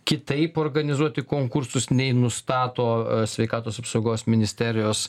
kitaip organizuoti konkursus nei nustato sveikatos apsaugos ministerijos